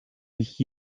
mich